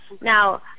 Now